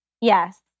Yes